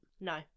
no